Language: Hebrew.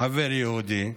חבר יהודי?